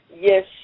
yes